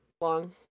long